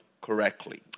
correctly